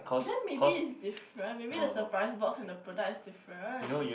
then maybe it's different maybe the surprise box and the product is different